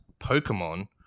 Pokemon